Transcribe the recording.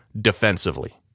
defensively